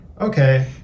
okay